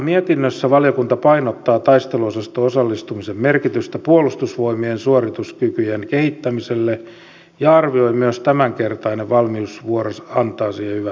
mietinnössä valiokunta painottaa taisteluosastoon osallistumisen merkitystä puolustusvoimien suorituskykyjen kehittämiselle ja arvioi että myös tämänkertainen valmiusvuoro antaa siihen hyvät mahdollisuudet